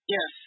Yes